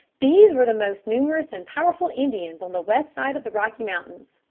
these were the most numerous and powerful indians on the west side of the rocky mountains.